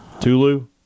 Tulu